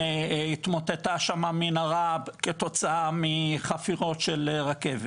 התמוטטה מנהרה כתוצאה מחפירות של רכבת.